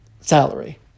salary